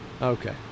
Okay